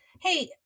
Hey